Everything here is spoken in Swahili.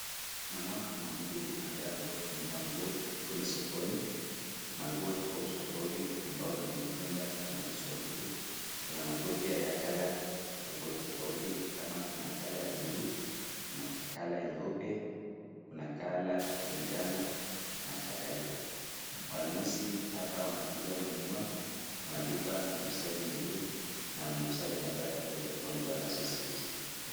Namuona kuwa kuna mtu ambayo ametoka kununua nguo, huku ni sokoni. Manguo tofauti tofauti, ambao ni ya mitumba inauzwa huku. Kuna manguo pia ya color tofauti tofauti . Kama Kuna color ya blue ,Kuna color nyeupe, Kuna color ya manjano na color kadhalika. Wanunuzi hapa wanakuja wananunua wanalipa muuzaji nguo na muuzaji anapata Ile nguo anazo ziuza.